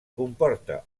comporta